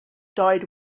died